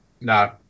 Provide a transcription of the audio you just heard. No